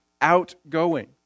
outgoing